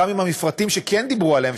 שגם עם המפרטים שכן דיברו עליהם,